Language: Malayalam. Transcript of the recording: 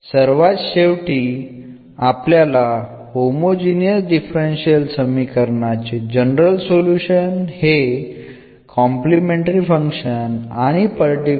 ഇവ രണ്ടും കൂട്ടിചേർക്കുമ്പോൾ തന്നിരിക്കുന്ന നോൺ ഹോമോജീനിയസ് ഡിഫറൻഷ്യൽ സമവാക്യത്തിൻറെ ജനറൽ സൊല്യൂഷൻ നമുക്ക് ലഭിക്കും